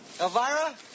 Elvira